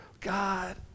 God